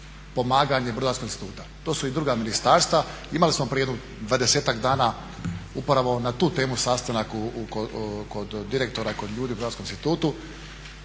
pomaganje Brodarskog instituta, to su i druga ministarstva. Imali smo prije jedno dvadesetak dana upravo na tu temu sastanak kod direktora, kod ljudi u hrvatskom institutu.